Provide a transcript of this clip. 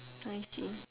ninety